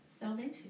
salvation